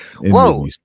Whoa